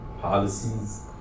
policies